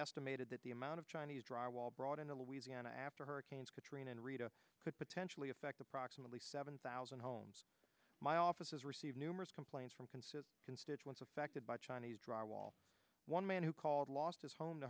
estimated that the amount of chinese drywall brought into louisiana after hurricanes katrina and rita could potentially affect approximately seven thousand homes my office has received numerous complaints from consider constituents affected by chinese drywall one man who called lost his home t